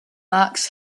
max